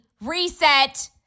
Reset